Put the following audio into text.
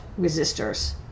resistors